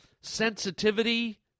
sensitivity